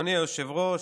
אדוני היושב-ראש,